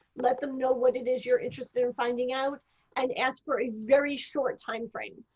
let them know what it is you are interested in finding out and ask for a very short timeframe.